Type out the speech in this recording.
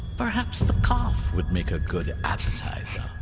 perhaps the calf would make a good appetizer.